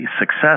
success